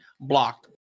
blocked